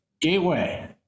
Gateway